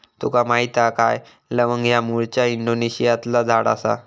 तुका माहीत हा काय लवंग ह्या मूळचा इंडोनेशियातला झाड आसा